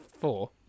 four